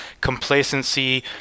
complacency